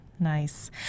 Nice